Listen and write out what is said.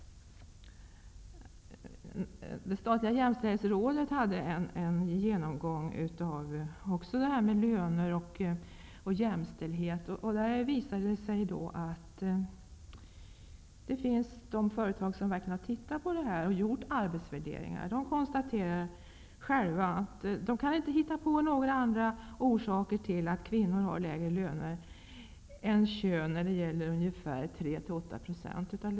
Det statliga jämställdhetsrådet har också haft en genomgång av löner och jämställdhet. Det visar sig att i de företag där man verkligen har genomfört arbetsvärderingar konstaterar man att kvinnor har lägre löner än män på grund av könsskillnaden -- ingen annan orsak kan påvisas.